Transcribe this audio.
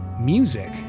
music